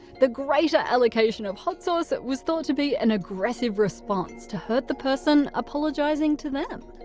the greater allocation of hot sauce was thought to be an aggressive response to hurt the person apologising to them.